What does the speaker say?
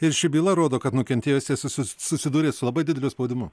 ir ši byla rodo kad nukentėjusysis susidūrė su labai dideliu spaudimu